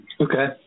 Okay